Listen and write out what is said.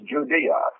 Judea